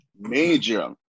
Major